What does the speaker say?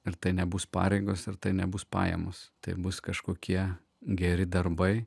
ir tai nebus pareigos ir tai nebus pajamos tai bus kažkokie geri darbai